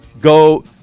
Go